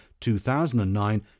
2009